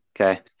Okay